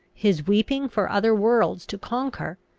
his weeping for other worlds to conquer,